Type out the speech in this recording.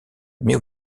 mais